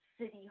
city